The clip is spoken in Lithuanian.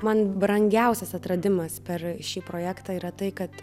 man brangiausias atradimas per šį projektą yra tai kad